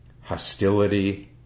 hostility